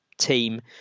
team